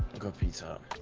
got pizza.